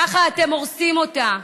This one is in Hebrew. ככה אתם הורסים אותה.